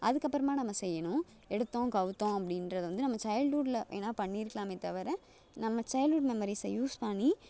அதுக்கு அப்புறமா நம்ம செய்யணும் எடுத்தோம் கவுழ்த்தோம் அப்படீன்றத வந்து நம்ம சைல்ட்வுட்டில் வேணால் பண்ணியிருக்கலாமே தவிர நம்ம சைல்ட்வுட் மெமரிஸை யூஸ் பண்ணி